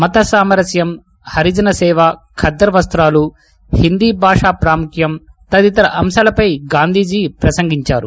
మతసామరస్యం హరిజన నేవా ఖద్దరు వస్తాలు హిందీ భాష ప్రాముఖ్యం తదితర అంశాలపై గాంధీజీ ప్రసంగించారు